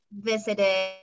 visited